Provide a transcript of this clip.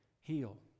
heal